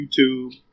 YouTube